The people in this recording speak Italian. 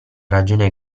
ragione